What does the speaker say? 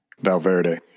Valverde